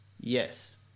Yes